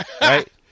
Right